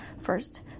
First